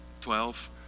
Twelve